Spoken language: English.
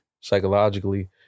psychologically